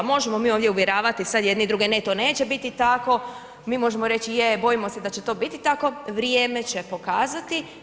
Možemo mi ovdje uvjeravati sad jedni druge, ne to neće biti tako, mi možemo reći je bojimo da će to biti tako, vrijeme će pokazati.